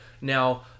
Now